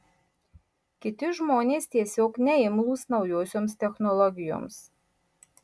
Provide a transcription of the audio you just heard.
kiti žmonės tiesiog neimlūs naujosioms technologijoms